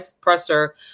presser